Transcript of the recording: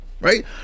right